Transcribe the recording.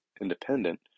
independent